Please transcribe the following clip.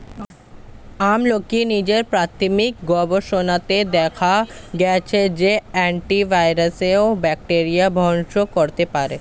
আমলকী নিয়ে প্রাথমিক গবেষণাতে দেখা গেছে যে, এটি ভাইরাস ও ব্যাকটেরিয়া ধ্বংস করতে পারে